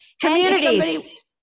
communities